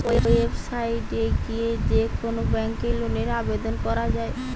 website এ গিয়ে যে কোন ব্যাংকে লোনের আবেদন করা যায়